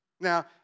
Now